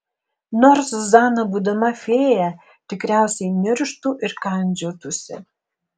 nors zuzana būdama fėja tikriausiai nirštų ir kandžiotųsi